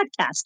podcast